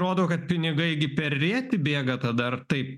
rodo kad pinigai gi per rėtį bėga ten dar taip